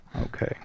Okay